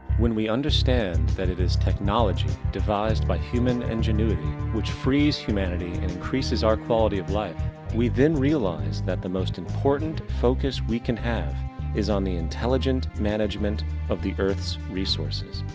when we understand that it is technology devised by human ingenuity which frees humanity and increases our quality of life we then realize, that the most important focus we can have is on the intelligent management of the earth's resources.